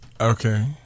Okay